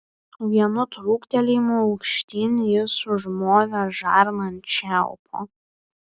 vienu trūktelėjimu aukštyn jis užmovė žarną ant čiaupo